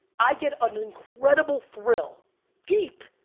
i get an incredible thrill deep,